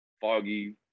foggy